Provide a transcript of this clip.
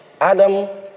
Adam